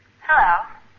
Hello